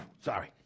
Sorry